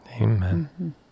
Amen